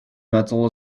metal